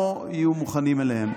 לא יהיו מוכנים אליהם.